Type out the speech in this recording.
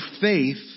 faith